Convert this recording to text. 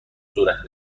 صورت